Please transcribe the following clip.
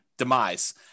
demise